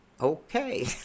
Okay